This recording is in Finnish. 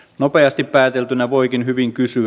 nopeasti pääteltynä voikin hyvin kysyä